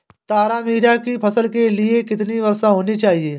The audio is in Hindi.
तारामीरा की फसल के लिए कितनी वर्षा होनी चाहिए?